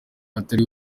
atari